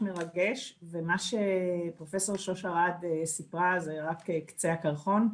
מרגש ומה שפרופסור שוש ארד סיפרה זה רק קצה הקרחון,